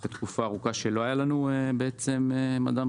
אחרי תקופה ארוכה שבה לא היה לנו מדען ראשי.